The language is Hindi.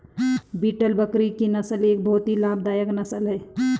बीटल बकरी की नस्ल एक बहुत ही लाभदायक नस्ल है